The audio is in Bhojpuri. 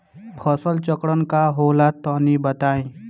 फसल चक्रण का होला तनि बताई?